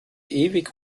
ewig